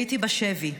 הייתי בשבי.